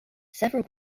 several